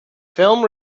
film